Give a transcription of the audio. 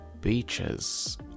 beaches